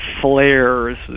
flares